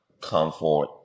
comfort